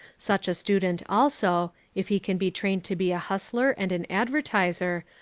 such a student also, if he can be trained to be a hustler and an advertiser,